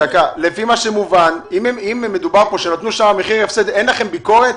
אם מדובר על כך שנתן מחיר הפסד, אין לכם ביקורת?